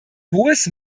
hohes